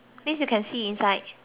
might